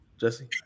Jesse